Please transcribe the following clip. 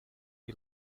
are